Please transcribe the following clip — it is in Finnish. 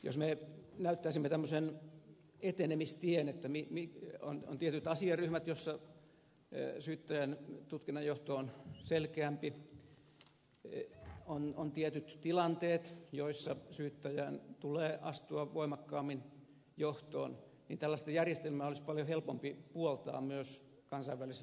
jos me näyttäisimme tämmöisen etenemistien että on tietyt asiaryhmät joissa syyttäjän tutkinnanjohto on selkeämpi on tietyt tilanteet joissa syyttäjän tulee astua voimakkaammin johtoon niin tällaista järjestelmää olisi paljon helpompi puoltaa myös kansainvälisellä tasolla